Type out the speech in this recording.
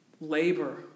labor